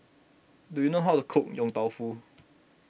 do you know how to cook Yong Tau Foo